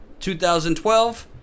2012